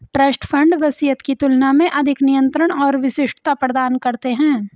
trust fund वसीयत की तुलना में अधिक नियंत्रण और विशिष्टता प्रदान करते हैं